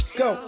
go